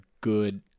good